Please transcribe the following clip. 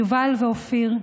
יובל ואופיר.